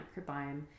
microbiome